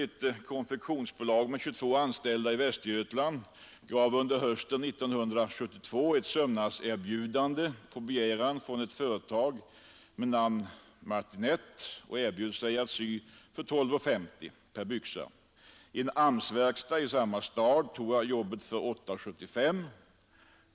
Ett konfektionsbolag i Västergötland med 22 anställda gav under hösten 1942 på begäran av ett företag med namnet Martinette ett sömnadserbjudande i vilket man erbjöd sig att sy byxor för 12:50 kronor per plagg. En AMS-verkstad i samma stad tog arbetet för 8:75 kronor.